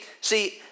see